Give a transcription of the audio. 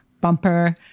bumper